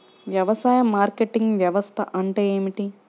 వ్యవసాయ మార్కెటింగ్ వ్యవస్థ అంటే ఏమిటి?